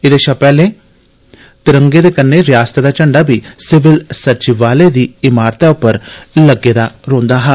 एहदे शा पैहले तिरंगे दे कन्नै रिआसत दा झंडा बी सिविल सचिवालय दी इमारतै पर लग्गे दा हा